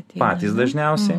patys dažniausiai